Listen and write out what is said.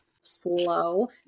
slow